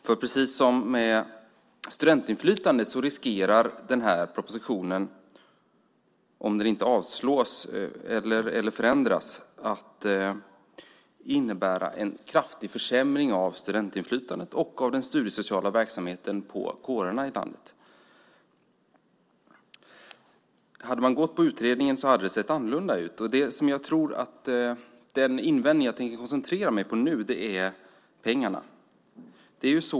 Precis som med studentinflytandet riskerar propositionen, om den inte avslås eller förändras, att innebära en kraftig försämring för den studiesociala verksamheten på kårerna i landet. Hade man gått på utredningens linje hade det sett annorlunda ut. Den invändning jag tänker koncentrera mig på gäller pengarna.